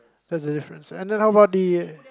that's the difference and then how about the